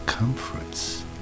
comforts